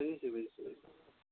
বুজিছোঁ বুজিছোঁ